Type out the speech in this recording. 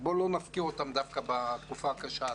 לכן בואו לא נפקיר אותם דווקא בתקופה הקשה הזאת.